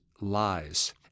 lies